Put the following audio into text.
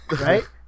Right